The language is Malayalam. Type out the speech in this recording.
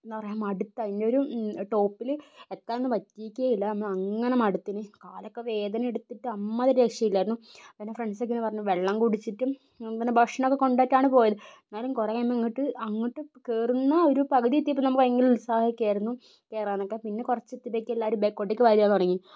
എന്ത് പറയാൻ മടുത്ത് അതിന്റെ ഒരു ടോപ്പില് എത്താൻ ഒന്നും പറ്റിയിട്ടേയില്ല നമ്മള് അങ്ങനെ മടുത്തെന് കാലൊക്കെ വേദന എടുത്തിട്ട് അമ്മാതിരി ഒരു രക്ഷയില്ലായിരുന്നു പിന്നെ ഫ്രണ്ട്സ് ഒക്കെ പറഞ്ഞു വെള്ളം കുടിച്ചിട്ടും ഭക്ഷണമൊക്കെ കൊണ്ടുപോയിട്ടാണ് പോയെ എന്നാലും കൂറെ അങ്ങോട്ട് ഇങ്ങോട്ട് കയറുന്നു ഒരു പകുതി എത്തിയപ്പോ ഭയങ്കര ഉത്സാഹമായിരുന്നു കയറാൻ ഒക്കെ പിന്നെ കുറച്ച് എത്തിയപ്പോഴുത്തെക്ക് എല്ലാവരും ബാക്കോട്ടേക്കു വരാൻ തുടങ്ങി